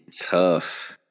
Tough